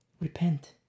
Repent